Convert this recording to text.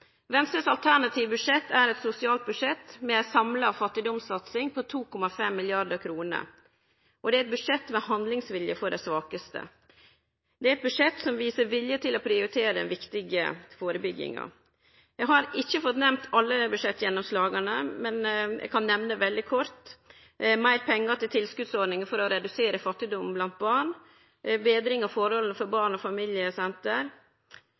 Venstres alternative budsjett er eit sosialt budsjett med ei samla fattigdomssatsing på 2,5 mrd. kr, og det er eit budsjett med handlingsvilje for dei svakaste. Det er eit budsjett som viser vilje til å prioritere den viktige førebygginga. Eg har ikkje fått nemnt alle budsjettgjennomslaga, men eg kan nemne veldig kort: meir pengar til tilskotsordning for å redusere fattigdom blant barn og betring av forholda for barne- og familiesenter.